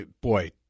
boy